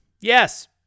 Yes